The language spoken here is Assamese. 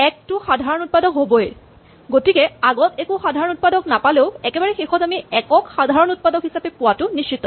১ টো সাধাৰণ উৎপাদক হ'বই গতিকে আগত একো সাধাৰণ উৎপাদক নাপালেও একেবাৰে শেষত আমি ১ ক সাধাৰণ উৎপাদক হিচাপে পোৱাটো নিশ্চিত